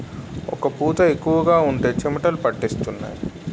ఒక్క పూత ఎక్కువగా ఉంటే చెమటలు పట్టేస్తుంటాయి